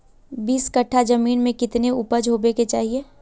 बीस कट्ठा जमीन में कितने उपज होबे के चाहिए?